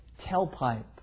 tailpipe